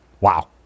Wow